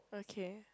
okay